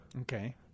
Okay